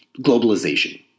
globalization